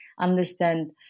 understand